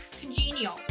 congenial